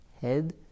head